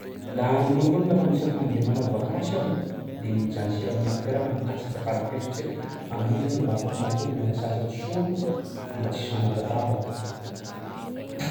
Laha amiko manokana aloha lafa m- isaky mandeha manao vakansy aho e de mijanjy hira amin'ny écouteur na am'casque farany tiako satsia amin'iny zany aho mba afaka matory miala sasatsy soa mba tsisy manabataba.